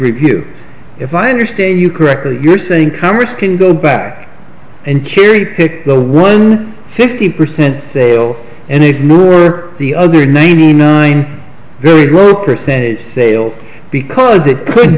review if i understand you correctly you're saying congress can go back and carry picked the one fifty percent sale and ignore were the other ninety nine very low percentage sales because it could